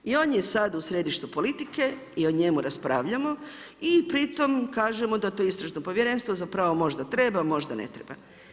I on je sada u središtu politike i o njemu raspravljamo i pri tome kažemo da to Istražno povjerenstvo zapravo možda treba, možda ne treba.